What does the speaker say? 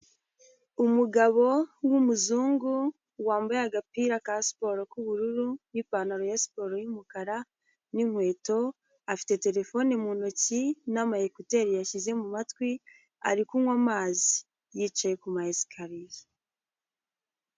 Umugabo w'umuzungu wambaye agapira ka siporo k'ubururu n'ipantalo ya siporo y'umukara n'inkweto, afite telefone mu ntoki na amayeketeri yashyize matwi ari kunywa amazi, yicaye ku mayesikariye.